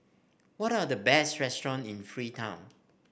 what are the best restaurant in Freetown